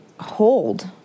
hold